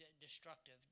destructive